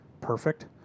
perfect